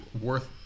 worth